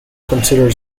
considered